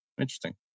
Interesting